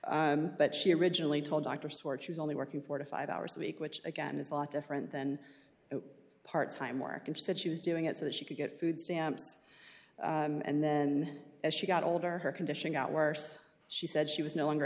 but she originally told dr swartz she was only working four to five hours a week which again is a lot different than part time work and she said she was doing it so that she could get food stamps and then as she got older her condition got worse she said she was no longer